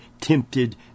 tempted